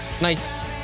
nice